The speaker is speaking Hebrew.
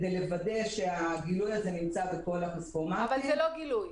כדי לוודא שהגילוי הזה נמצא בכל הכספומטים --- אבל זה לא גילוי,